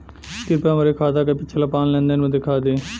कृपया हमरे खाता क पिछला पांच लेन देन दिखा दी